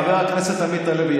חבר הכנסת עמית הלוי,